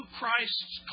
Christ's